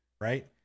right